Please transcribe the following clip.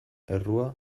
errua